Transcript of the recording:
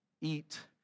eat